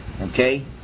Okay